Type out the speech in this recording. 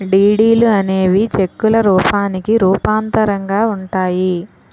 డీడీలు అనేవి చెక్కుల రూపానికి రూపాంతరంగా ఉంటాయి